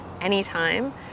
anytime